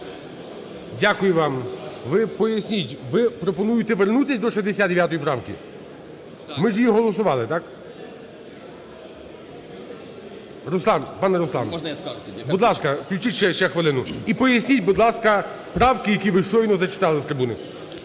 Дякую вам. Ви поясніть, ви пропонуєте вернутися до 69 правки? Ми ж її голосували, так? Руслан, пане Руслан. Будь ласка, включіть ще хвилину. І поясніть, будь ласка, правки, які ви щойно зачитали з трибуни.